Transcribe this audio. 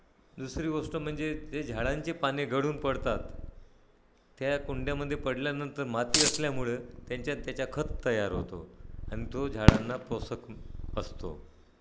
दुसरी गोष्ट म्हणजे जे झाडांचे पाने गळून पडतात त्या कुंड्यामध्ये पडल्यानंतर माती असल्यामुळं त्यांच्यात त्याच्या खत तयार होतो आणि तो झाडांना पोषक असतो